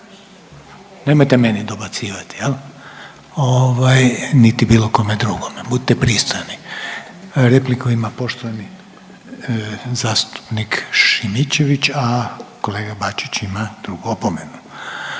Nemojte meni dobacivati jel'? Niti bilo kome drugome, budite pristojni. Repliku ima poštovani zastupnik Šimičević, a kolega Bačić ima drugu opomenu.